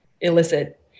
illicit